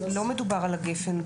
לא מדובר על הגפ"ן.